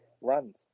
runs